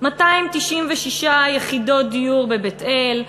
296 יחידות דיור בבית-אל,